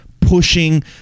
pushing